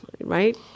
right